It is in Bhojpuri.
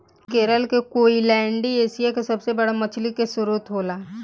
केरल के कोईलैण्डी एशिया के सबसे बड़ा मछली के स्त्रोत होला